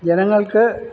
ജനങ്ങൾക്ക്